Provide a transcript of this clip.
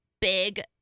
big